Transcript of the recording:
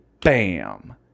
bam